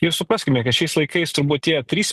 ir supraskime kad šiais laikais turbūt tie trys